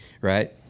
Right